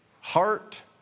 heart